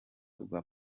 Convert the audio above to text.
rwa